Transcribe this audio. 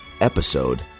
episode